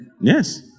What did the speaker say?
Yes